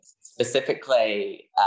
specifically